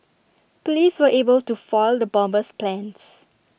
Police were able to foil the bomber's plans